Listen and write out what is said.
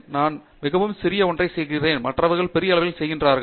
நான் மிகவும் சிறிய ஒன்றை செய்கிறேன் மற்றவர்கள் பெரிய அளவில் செய்கிறார்கள்